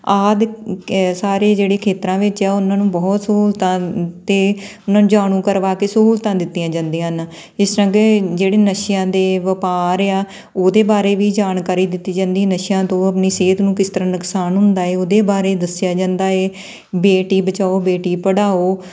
ਆਦਿ ਸਾਰੇ ਜਿਹੜੇ ਖੇਤਰਾਂ ਵਿੱਚ ਆ ਉਹਨਾਂ ਨੂੰ ਬਹੁਤ ਸਹੂਲਤਾਂ ਅਤੇ ਉਹਨਾਂ ਨੂੰ ਜਾਣੂ ਕਰਵਾ ਕੇ ਸਹੂਲਤਾਂ ਦਿੱਤੀਆਂ ਜਾਂਦੀਆਂ ਹਨ ਜਿਸ ਤਰ੍ਹਾਂ ਕਿ ਜਿਹੜੇ ਨਸ਼ਿਆਂ ਦੇ ਵਪਾਰ ਆ ਉਹਦੇ ਬਾਰੇ ਵੀ ਜਾਣਕਾਰੀ ਦਿੱਤੀ ਜਾਂਦੀ ਨਸ਼ਿਆਂ ਤੋਂ ਆਪਣੀ ਸਿਹਤ ਨੂੰ ਕਿਸ ਤਰ੍ਹਾਂ ਨੁਕਸਾਨ ਹੁੰਦਾ ਏ ਉਹਦੇ ਬਾਰੇ ਦੱਸਿਆ ਜਾਂਦਾ ਏ ਬੇਟੀ ਬਚਾਓ ਬੇਟੀ ਪੜ੍ਹਾਓ